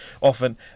often